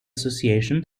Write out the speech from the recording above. association